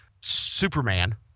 Superman